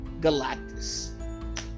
Galactus